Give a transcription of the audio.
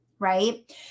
right